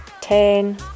Ten